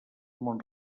mont